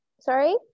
sorry